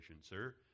sir